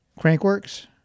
Crankworks